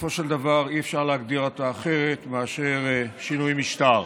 שבסופו של דבר אי-אפשר להגדיר אותה אחרת מאשר שינוי משטר,